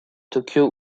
tokyo